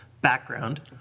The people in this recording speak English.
background